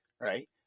right